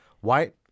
white